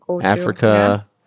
Africa